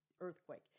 earthquake